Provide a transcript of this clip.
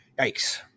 Yikes